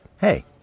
hey